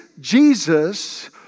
Jesus